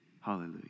Hallelujah